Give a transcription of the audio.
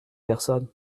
personnes